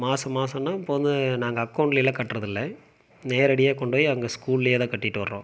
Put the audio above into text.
மாதம் மாதன்னா இப்போ வந்து நாங்க அக்கவுண்ட்டுலேலாம் கட்டுறது இல்லை நேரடியாக கொண்டு போய் அவுங்க ஸ்கூலிலேயே தான் கட்டிவிட்டு வர்றோம்